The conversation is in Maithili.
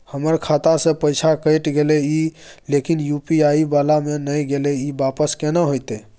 हमर खाता स पैसा कैट गेले इ लेकिन यु.पी.आई वाला म नय गेले इ वापस केना होतै?